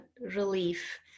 relief